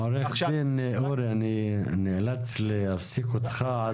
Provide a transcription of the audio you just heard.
עו"ד נרוב, אני נאלץ להפסיק אותך.